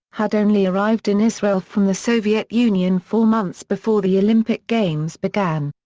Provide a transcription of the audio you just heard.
had only arrived in israel from the soviet union four months before the olympic games began.